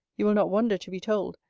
you will not wonder to be told,